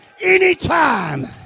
anytime